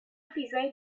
ویزای